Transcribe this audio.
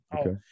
okay